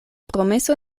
promeso